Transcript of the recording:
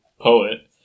poet